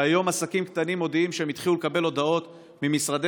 היום עסקים קטנים מודיעים שהם התחילו לקבל הודעות ממשרדי